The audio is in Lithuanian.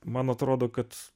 man atrodo kad